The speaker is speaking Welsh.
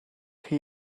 chi